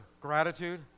gratitude